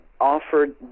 offered